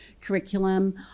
curriculum